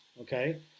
okay